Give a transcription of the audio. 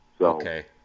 Okay